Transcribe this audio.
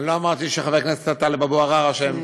אני לא אמרתי שחבר הכנסת טלב אבו עראר אשם.